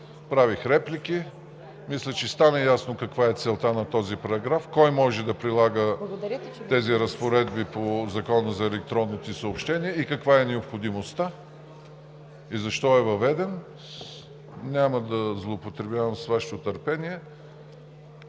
правих реплики. Мисля, че стана ясно каква е целта на този параграф, кой може да прилага тези разпоредби по Закона за електронните съобщения, каква е необходимостта и защо е въведен. Няма да злоупотребявам с Вашето търпение.